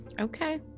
okay